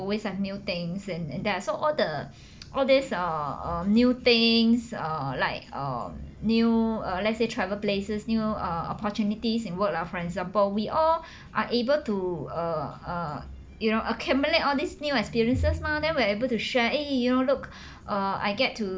always have new things and there are also all the all this err err new things err like err new err let's say travel places new err opportunities in work lah for example we all are able to err err you know accumulate all these new experiences mah then we are able to share eh you know look uh I get to